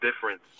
difference